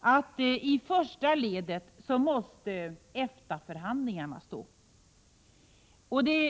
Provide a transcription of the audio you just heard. att EFTA-förhandlingarna måste stå i första ledet.